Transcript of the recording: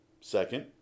Second